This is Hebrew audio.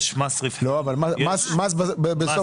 בסוף